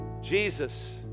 Jesus